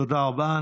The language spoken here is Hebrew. תודה רבה.